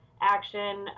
action